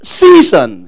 season